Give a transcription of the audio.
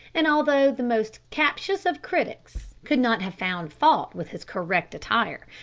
and although the most captious of critics could not have found fault with his correct attire,